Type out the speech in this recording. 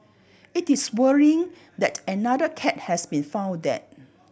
it is worrying that another cat has been found dead